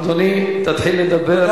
אדוני, תתחיל לדבר.